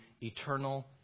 eternal